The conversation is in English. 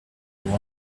world